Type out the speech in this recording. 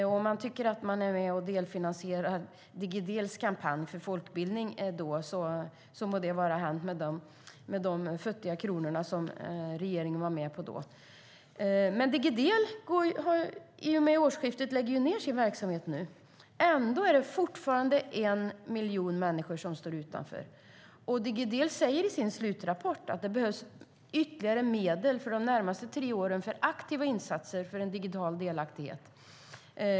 Om regeringen tycker att den är med och finansierar Digidels kampanj för folkbildning med de futtiga kronorna må det vara hänt. Vid årsskiftet lägger Digidel ned sin verksamhet, men det är fortfarande en miljon människor som står utanför. Digidel säger i sin slutrapport att det behövs ytterligare medel de närmaste tre åren för aktiva insatser för en digital delaktighet.